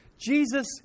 Jesus